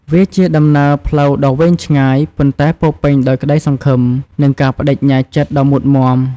វាជាដំណើរផ្លូវដ៏វែងឆ្ងាយ ប៉ុន្តែពោរពេញដោយក្តីសង្ឃឹម និងការប្តេជ្ញាចិត្តដ៏មុតមាំ។